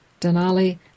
Denali